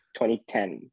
2010